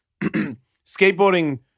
skateboarding